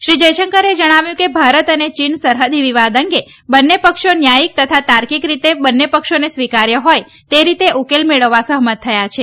શ્રી જયશંકરે જણાવ્યું કે ભારત અને ચીન સરહદી વિવાદ અંગે બંને પક્ષો ન્યાથીક તથા તાર્કિક રીતે બંને પક્ષોને સ્વીકાર્ય હોય તે રીતે ઉકેલ મેળવવા સહમત થયા છે